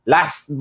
Last